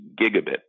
gigabit